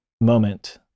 moment